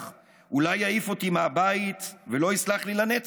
/ ואולי יעיף אותי מהבית / ולא יסלח לי לנצח.